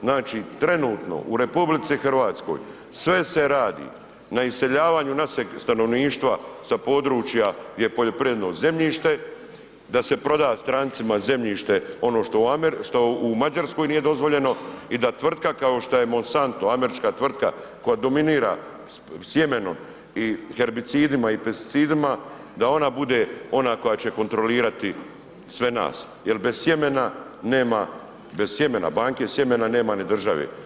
Znači trenutno u RH sve se radi na iseljavanju našeg stanovništva sa područja gdje je poljoprivredno zemljište, da se proda strancima zemljište ono što u Mađarskoj nije dozvoljeno i da tvrtka kao što je Monsanto američka tvrtka koja dominira sjemenom i herbicidima i pesticidima da ona bude ona koja će kontrolirati sve nas, jel bez sjemena, bez banke sjemena nema ni države.